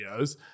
videos